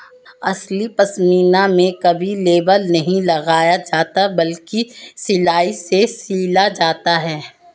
असली पश्मीना में कभी लेबल नहीं लगाया जाता बल्कि सिलाई से सिला जाता है